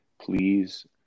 please